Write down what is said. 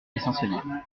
essentiellement